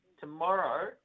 tomorrow